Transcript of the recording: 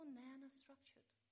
nanostructured